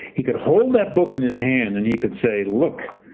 he could hold that book in his hand and he could say, look.